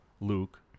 Luke